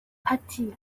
ati